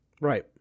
Right